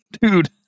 dude